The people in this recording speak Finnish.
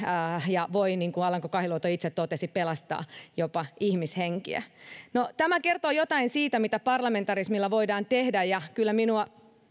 ja voi niin kuin alanko kahiluoto itse totesi pelastaa jopa ihmishenkiä tämä kertoo jotain siitä mitä parlamentarismilla voidaan tehdä ja kyllä minua